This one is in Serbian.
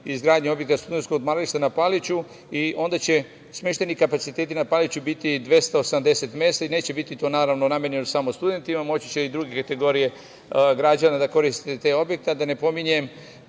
izgradnja objekta studentskog odmarališta na Paliću i onda će smeštajni kapaciteti na Paliću biti 280 mesta i neće biti to naravno namenjeno samo studentima, moći će i druge kategorije građana da koriste te objekte,